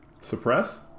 Suppress